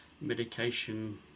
medication